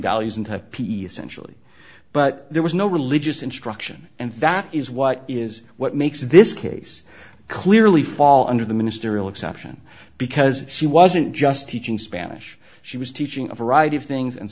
values in type essentially but there was no religious instruction and that is what is what makes this case clearly fall under the ministerial exception because she wasn't just teaching spanish she was teaching a variety of things and